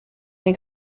may